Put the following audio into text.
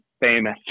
famous